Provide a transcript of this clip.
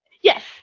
Yes